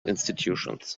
institutions